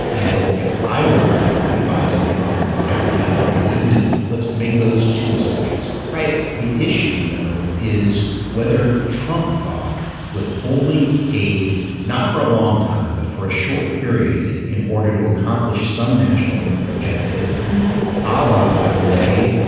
and if i were advising trump i would tell him he couldn't do it. let's make those two assumptions right. the issue though is whether trump thought withholding aid not for a long time but for a short period in order to accomplish some national objective allah. by the way.